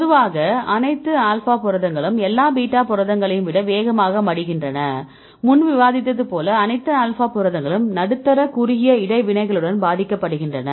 பொதுவாக அனைத்து ஆல்பா புரதங்களும் எல்லா பீட்டா புரதங்களையும் விட வேகமாக மடிகின்றன முன்பு விவாதித்தது போல அனைத்து ஆல்பா புரதங்களும் குறுகிய நடுத்தர இடைவினைகளுடன் பாதிக்கப்படுகின்றன